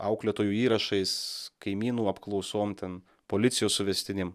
auklėtojų įrašais kaimynų apklausom ten policijos suvestinėm